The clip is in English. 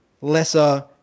lesser